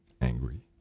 angry